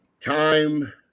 time